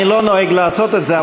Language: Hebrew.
אני לא נוהג לעשות את זה,